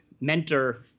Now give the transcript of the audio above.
mentor